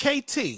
KT